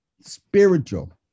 spiritual